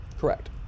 correct